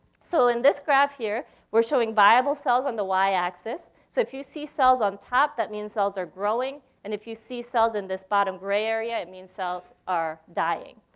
so, in this graph here, we're showing viable cells on the y axis. so if you see cells on top, that means cells are growing. and if you see cells in this bottom, gray area, it means cells are dying.